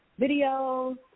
videos